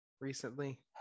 Recently